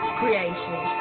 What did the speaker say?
creation